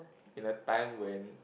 in a time when